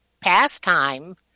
pastime